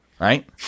right